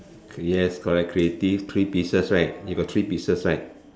yes correct creative three pieces right you got three pieces right